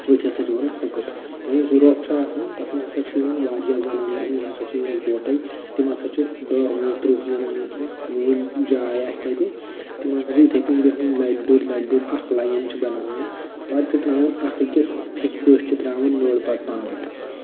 أتھۍ ہسا چھِ وَنان ہکٔٹۍ ییٚلہِ أسۍ روٚف چھُ آسان تَتھ منٛز ہسا چھُ یِوان واریاہ زَنانن یہِ ہسا چھِ یِوان اَکہٕ وَٹَے تِم ہسا چھِ دَہ وُہ ترٕٛہ زنان مۄہنِی ییٖژ جاے آسہِ تَتہِ تِم ہسا چھِ یِتھٕے کٔنۍ بِہُن لَرِ لوٚر لَرِ لوٚر اَکھ لاین چھِ بَناوان پَتہٕ چھِ ترٛاوان اکھ أکس پھیٚکہِ پٮ۪ٹھۍ چھِ ترٛاوان نٔرِ پَتہٕ پانہٕ